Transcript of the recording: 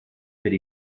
per